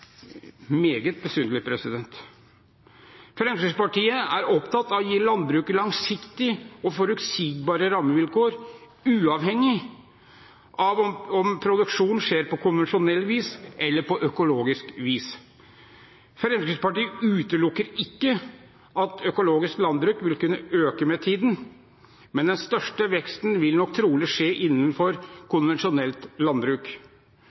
meget besynderlig. Fremskrittspartiet er opptatt av å gi landbruket langsiktige og forutsigbare rammevilkår, uavhengig av om produksjonen skjer på konvensjonelt vis eller økologisk vis. Fremskrittspartiet utelukker ikke at økologisk landbruk vil kunne øke med tiden, men den største veksten vil nok trolig skje innenfor konvensjonelt landbruk.